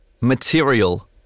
Material